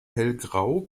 hellgrau